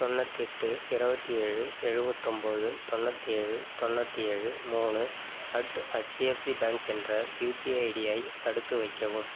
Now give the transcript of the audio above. தொண்ணூத்தெட்டு இருபத்தேழு எழுபத்தொன்பது தொண்ணூத்தேழு தொண்ணூத்தேழு மூணு அட் ஹெச்டிஎப்சி பேங்க் என்ற யுபிஐ ஐடியை தடுத்து வைக்கவும்